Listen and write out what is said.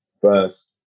first